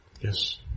Yes